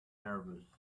nervous